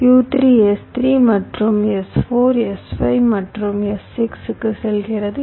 U3 S3 மற்றும் S4 S5 மற்றும் S6 க்கு செல்கிறது